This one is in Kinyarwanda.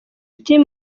team